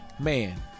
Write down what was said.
man